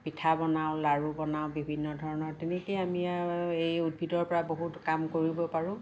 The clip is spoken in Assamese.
পিঠা বনাওঁ লাড়ু বনাওঁ বিভিন্ন ধৰণৰ তেনেকৈয়ে আমি আৰু এই উদ্ভিদৰপৰা বহুত কাম কৰিব পাৰোঁ